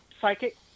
psychic